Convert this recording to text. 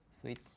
Sweet